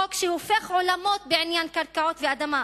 חוק שהופך עולמות בעניין קרקעות ואדמה,